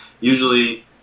usually